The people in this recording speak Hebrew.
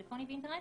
טלפוני ואינטרנטי,